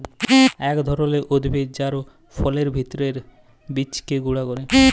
ইক ধরলের উদ্ভিদ যার ফলের ভিত্রের বীজকে গুঁড়া ক্যরে